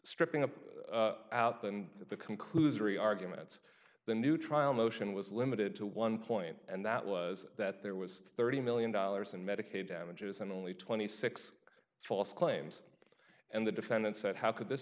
stripping a out than the conclusory arguments the new trial motion was limited to one point and that was that there was thirty million dollars and medicaid damages and only twenty six dollars false claims and the defendants said how could this